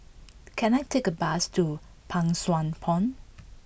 can I take a bus to Pang Sua Pond